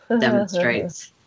Demonstrates